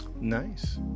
Nice